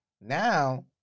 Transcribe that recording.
Now